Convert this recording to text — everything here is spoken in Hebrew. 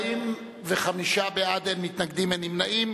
45 בעד, אין מתנגדים, אין נמנעים.